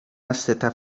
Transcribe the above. asceta